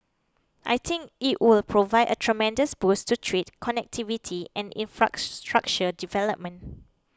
I think it will provide a tremendous boost to trade connectivity and infrastructure development